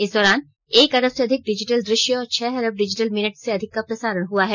इस दौरान एक अरब से अधिक डिजिटल दृश्य और छह अरब डिजिटल मिनट से अधिक का प्रसारण हुआ है